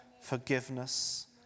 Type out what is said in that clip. forgiveness